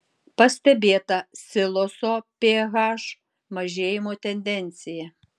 pastebėta siloso ph mažėjimo tendencija